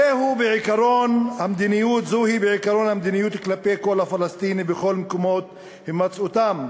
זוהי בעיקרון המדיניות כלפי כל הפלסטינים בכל מקומות הימצאותם,